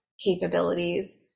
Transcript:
capabilities